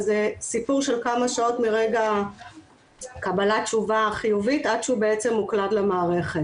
זה סיפור של כמה שעות מרגע קבלת תשובה חיובית עד שהוא מוקלד למערכת.